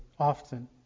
often